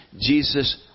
Jesus